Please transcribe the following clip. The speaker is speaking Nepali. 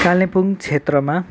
कालिम्पोङ क्षेत्रमा